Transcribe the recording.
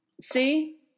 See